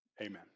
Amen